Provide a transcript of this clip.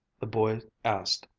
the boy asked,